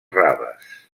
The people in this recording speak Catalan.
raves